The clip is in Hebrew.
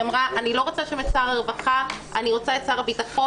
היא אמרה: אני לא רוצה שם את שר הרווחה; אני רוצה את שר הביטחון,